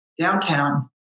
downtown